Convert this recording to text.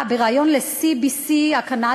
חבר הכנסת מאיר כהן, גם בסיועו של משרד ראש